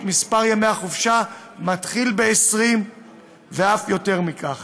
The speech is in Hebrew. מספר ימי החופשה מתחיל ב-20 ואף יותר מכך.